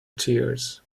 tears